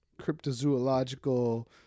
cryptozoological